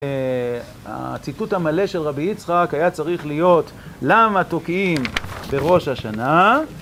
הציטוט המלא של רבי יצחק, היה צריך להיות, למה תוקעים בראש השנה